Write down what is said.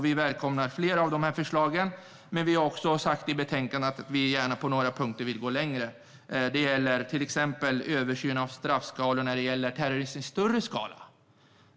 Vi välkomnar flera av de här förslagen, men vi har också sagt i betänkandet att vi gärna vill gå längre på några punkter. Det gäller till exempel översyn av straffskalor när det gäller terrorism i större skala.